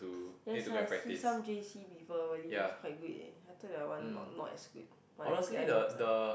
yeah sia I see some J_C people really live quite good eh I thought that one not not as good but then that one damn zai